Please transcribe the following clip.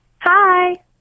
hi